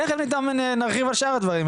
אנחנו תיכף גם נרחיב על שאר הדברים,